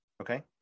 Okay